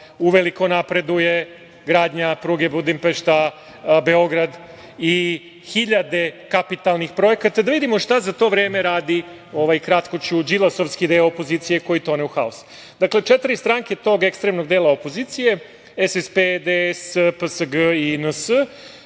uveliko napreduje gradnja pruge Budimpešta-Beograd i hiljade kapitalnih projekata, da vidimo šta za to vreme radi ovaj, kratko ću, Đilasovski deo opozicije koji tone u haos. Dakle, četiri stranke tog ekstremnog dela opozicije, SSP, DS, PSG i NS,